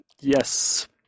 yes